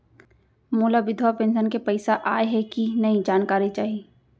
मोला विधवा पेंशन के पइसा आय हे कि नई जानकारी चाही?